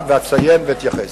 הממשלה, ואציין ואתייחס.